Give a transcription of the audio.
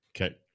Okay